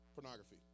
pornography